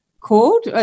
called